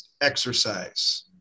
exercise